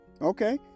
Okay